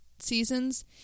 seasons